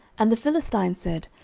and the philistine said,